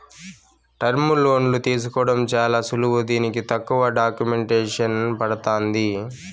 టర్ములోన్లు తీసుకోవడం చాలా సులువు దీనికి తక్కువ డాక్యుమెంటేసన్ పడతాంది